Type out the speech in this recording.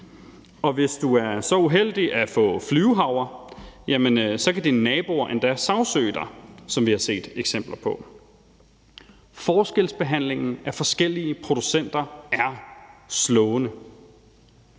og hvis du er så uheldig at få flyvehavre, kan dine naboer endda sagsøge dig, hvilket vi har set eksempler på. Forskelsbehandlingen af forskellige producenter er slående,